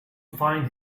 find